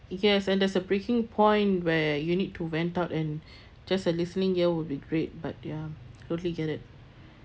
yes and there's a breaking point where you need to vent out and just a listening ear will be great but ya totally get it